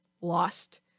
lost